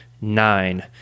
nine